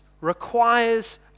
requires